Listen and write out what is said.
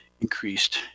increased